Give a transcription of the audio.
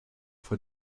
for